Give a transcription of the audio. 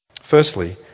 Firstly